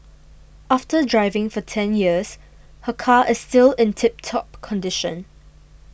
after driving for ten years her car is still in tip top condition